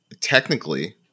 technically